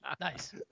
Nice